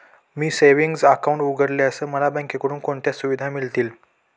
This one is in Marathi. मी सेविंग्स अकाउंट उघडल्यास मला बँकेकडून कोणत्या सुविधा मिळतील?